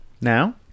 Now